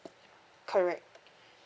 correct